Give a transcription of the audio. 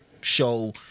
show